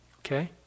Okay